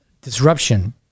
disruption